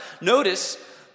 Notice